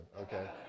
okay